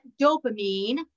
dopamine